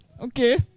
okay